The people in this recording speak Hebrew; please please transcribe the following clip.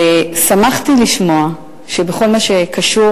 שמחתי לשמוע שבכל מה שקשור,